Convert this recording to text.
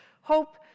Hope